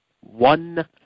one